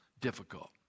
difficult